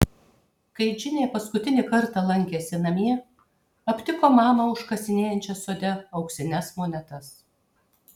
kai džinė paskutinį kartą lankėsi namie aptiko mamą užkasinėjančią sode auksines monetas